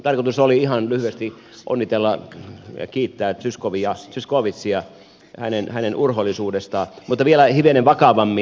tarkoitus oli ihan lyhyesti onnitella ja kiittää zyskowiczia hänen urhoollisuudestaan mutta vielä hivenen vakavammin